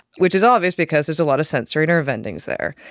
which is obvious because there's a lot of sensory nerve endings there.